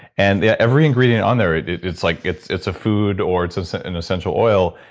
and yeah every ingredient on there, it's like it's it's a food, or it's it's an essential oil,